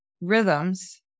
rhythms